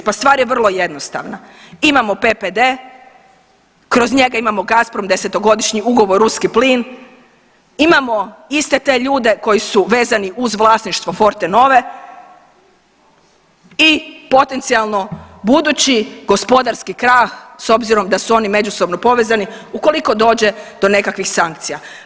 Pa stvar je vrlo jednostavna, imamo PPD, kroz njega imamo Gasprom 10-godišnji ugovor ruski plin, imamo iste te ljude koji su vezani uz vlasništvo Fortenove i potencijalno budući gospodarski krah s obzirom da su oni međusobno povezani ukoliko dođe do nekakvih sankcija.